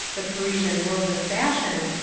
the parisian world of fashion,